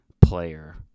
player